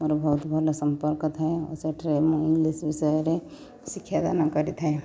ମୋର ବହୁତ ଭଲ ସମ୍ପର୍କ ଥାଏ ଓ ସେଠାରେ ମୁଁ ଇଙ୍ଗଲିସ୍ ବିଷୟରେ ଶିକ୍ଷାଦାନ କରିଥାଏ